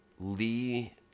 Lee